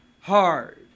hard